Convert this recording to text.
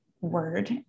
word